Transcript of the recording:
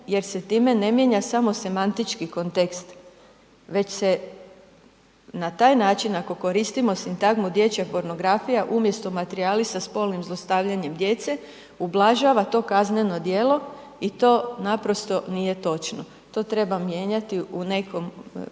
jer se time ne mijenja samo semantički kontekst već se na taj način ako koristimo sintagmu dječja pornografija umjesto materijali sa spolnim zlostavljanjem djece, ublažava to kazneno djelo i naprosto nije točno, to treba mijenjati u nekom